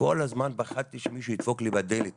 כל הזמן פחדתי שמישהו ידפוק לי בדלת